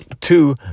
two